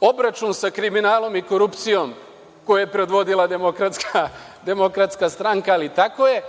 obračun sa kriminalom i korupcijom koje je predvodila DS, ali tako je.